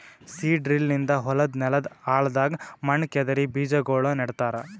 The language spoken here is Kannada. ಸೀಡ್ ಡ್ರಿಲ್ ನಿಂದ ಹೊಲದ್ ನೆಲದ್ ಆಳದಾಗ್ ಮಣ್ಣ ಕೆದರಿ ಬೀಜಾಗೋಳ ನೆಡ್ತಾರ